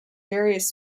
various